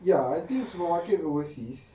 ya I think supermarkets overseas ah